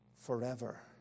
forever